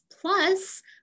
plus